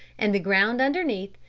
and the ground underneath,